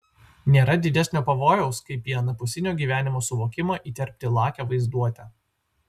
nėra didesnio pavojaus kaip į anapusinio gyvenimo suvokimą įterpti lakią vaizduotę